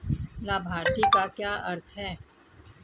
लाभार्थी का क्या अर्थ है?